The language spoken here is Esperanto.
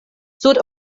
sud